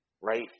right